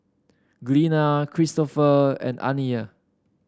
Glenna Kristofer and Aniyah